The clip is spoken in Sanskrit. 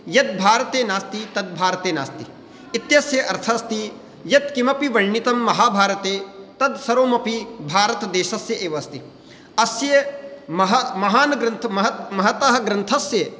यद् भारते नास्ति तद् भारते नास्ति इत्यस्य अर्थ अस्ति यत्किमपि वर्णितम् महाभारते तत् सर्वमपि भारतदेशस्य एव अस्ति अस्य महा महान् ग्रन्थ महत् महत् महतः ग्रन्थस्य